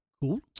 Cool